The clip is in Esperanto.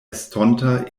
estonta